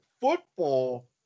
football